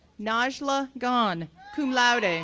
nejla ghane, cum laude, and